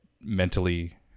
mentally